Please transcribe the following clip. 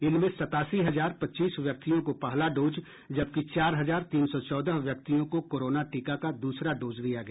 इनमें सतासी हजार पच्चीस व्यक्तियों को पहला डोज जबकि चार हजार तीन सौ चौदह व्यक्तियों को कोरोना टीका का दूसरा डोज दिया गया